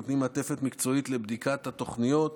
נותנים מעטפת מקצועית לבדיקת התוכניות,